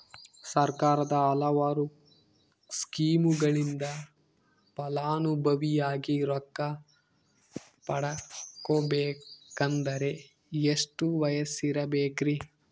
ಸರ್ಕಾರದ ಹಲವಾರು ಸ್ಕೇಮುಗಳಿಂದ ಫಲಾನುಭವಿಯಾಗಿ ರೊಕ್ಕ ಪಡಕೊಬೇಕಂದರೆ ಎಷ್ಟು ವಯಸ್ಸಿರಬೇಕ್ರಿ?